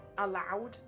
Allowed